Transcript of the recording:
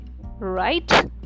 right